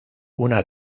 una